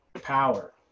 power